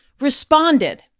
responded